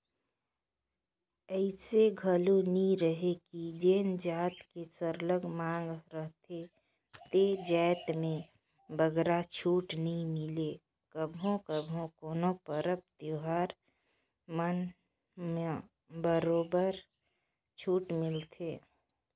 अइसे घलो नी रहें कि जेन जाएत के सरलग मांग रहथे ते जाएत में बगरा छूट नी मिले कभू कभू कोनो परब तिहार मन म बरोबर छूट मिलथे